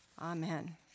Amen